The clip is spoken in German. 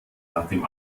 nachdem